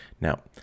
Now